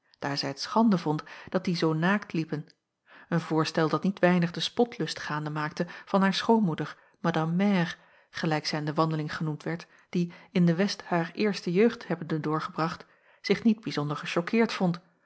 daar zij het schande vond dat die zoo naakt liepen een voorstel dat niet weinig den spotlust gaande maakte van haar schoonmoeder madame mère gelijk zij in de wandeling genoemd werd die in de west haar eerste jeugd hebbende doorgebracht zich niet bijzonder gechoqueerd vond